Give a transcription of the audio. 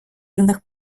юних